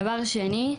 דבר שני,